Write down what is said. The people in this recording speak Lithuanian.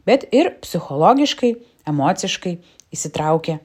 bet ir psichologiškai emociškai įsitraukę